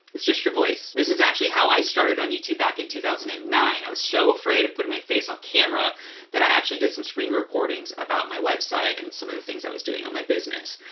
it's just your voice. this is actually how i started on youtube back in two thousand and nine, i was so afraid of putting my face on camera that i actually did some screen recordings about my website and some of the things i was doing on my business.